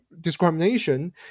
discrimination